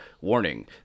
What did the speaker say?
warning